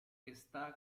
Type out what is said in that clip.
está